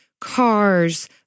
cars